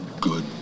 good